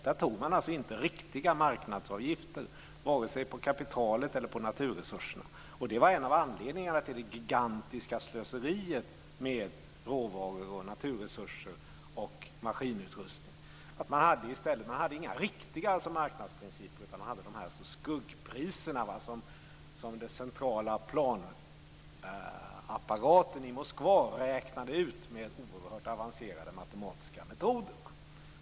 Där tog man alltså inte riktiga marknadsavgifter, vare sig på kapitalet eller på naturresurserna. Det var en av anledningarna till det gigantiska slöseriet med råvaror, naturresurser och maskinutrustning. Man hade alltså inga riktiga marknadsprinciper utan tillämpade skuggpriser som den centrala planapparaten i Moskva räknade ut med oerhört avancerade matematiska metoder.